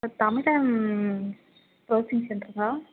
ah Tamil time browsing சென்டரா